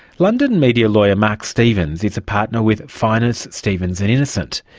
london media lawyer, mark stephens, is a partner with finers stephens and innocent.